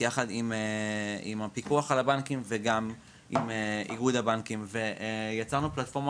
יחד עם הפיקוח על הבנקים ועם איגוד הבנקים ויצרנו פלטפורמה